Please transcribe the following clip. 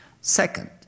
Second